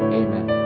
amen